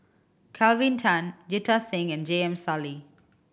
Kelvin Tan Jita Singh and J M Sali